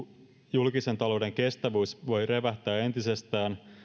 julkisen talouden kestävyys voi revähtää entisestään